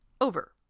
Over